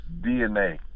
DNA